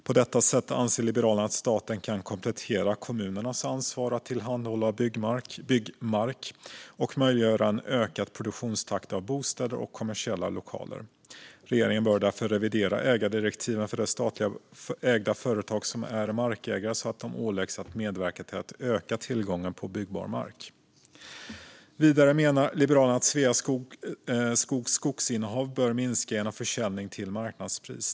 På detta sätt anser Liberalerna att staten kan komplettera kommunernas ansvar att tillhandahålla byggbar mark och möjliggöra en ökad produktionstakt av bostäder och kommersiella lokaler. Regeringen bör därför revidera ägardirektiven för de statligt ägda företag som är markägare så att de åläggs att medverka till att öka tillgången på byggbar mark. Vidare menar Liberalerna att Sveaskogs skogsinnehav bör minska genom försäljningar till marknadspris.